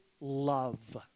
love